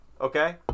okay